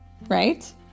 Right